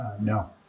No